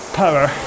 power